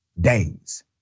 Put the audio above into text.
days